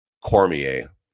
Cormier